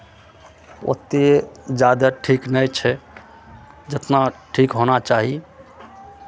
ओतेक जादा ठीक नहि छै जितना ठीक होना चाही